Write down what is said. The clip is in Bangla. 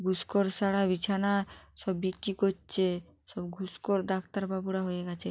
ঘুষখোর সারা বিছানা সব বিক্রি করছে সব ঘুষখোর ডাক্তারবাবুরা হয়ে গেছে